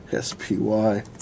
SPY